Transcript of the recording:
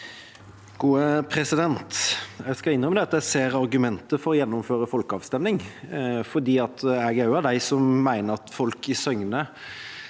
Jeg skal inn- rømme at jeg ser argumentet for å gjennomføre folkeavstemning, for jeg er også av dem som mener at folk i Søgne